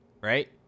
right